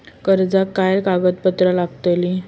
कर्जाक काय कागदपत्र लागतली?